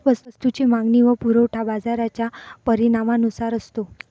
वस्तूची मागणी व पुरवठा बाजाराच्या परिणामानुसार असतो